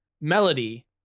Melody